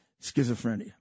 schizophrenia